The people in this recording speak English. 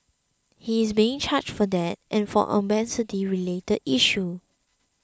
he is being charged for that and for an obscenity related issue